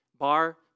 Bar